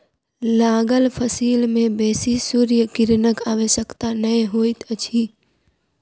लागल फसिल में बेसी सूर्य किरणक आवश्यकता नै होइत अछि